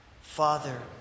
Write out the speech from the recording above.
Father